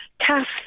Cast